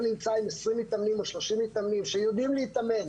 נמצא עם 20 מתאמנים או 30 מתאמנים שיודעים להתאמן